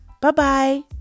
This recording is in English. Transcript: Bye-bye